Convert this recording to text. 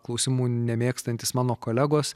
klausimų nemėgstantys mano kolegos